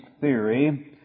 theory